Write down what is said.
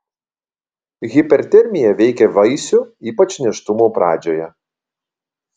hipertermija veikia vaisių ypač nėštumo pradžioje